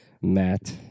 Matt